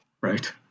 right